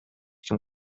ким